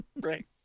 Right